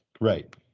Right